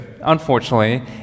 Unfortunately